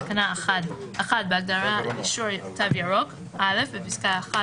בתקנה 1,: (א)בפסקה (1),